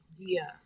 idea